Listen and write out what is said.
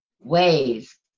ways